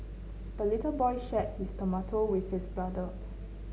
the little boy shared his tomato with his brother